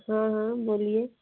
हाँ हाँ बोलिए